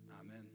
Amen